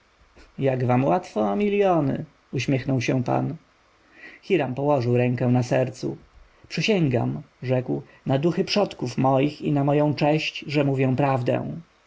jak wam łatwo o miljony uśmiechnął się pan hiram położył rękę na sercu przysięgam rzekł na duchy przodków moich i na moją cześć że mówię prawdę